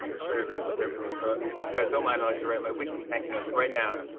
ah clearly, with everything, so, if you guys don't mind, i'd like to write my weekly thank-you notes right now.